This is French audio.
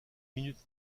minutes